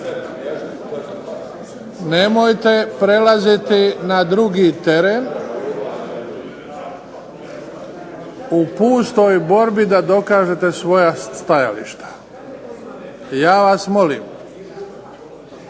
Nemojte prelaziti na drugi teren u pustoj borbi da dokažete svoja stajališta. Ja vas molim.